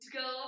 go